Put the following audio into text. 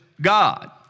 God